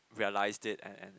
realised it and and